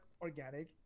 organic